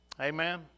Amen